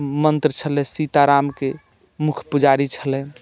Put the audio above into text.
मन्त्र छलै सीतारामके मुख्य पुजारी छलै